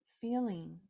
feeling